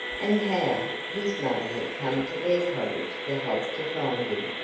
and how his mother had come to their cottage for help to find him,